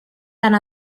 tant